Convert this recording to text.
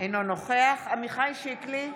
אינו נוכח עמיחי שיקלי,